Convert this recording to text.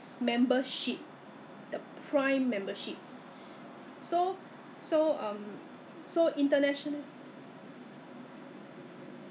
why not 有一个 eh 你知道台湾现在有一个不是现在台湾有一间那个黄莉 err pineapple tarts right I don't know what they call it 黄莉稣 ah